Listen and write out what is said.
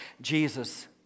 Jesus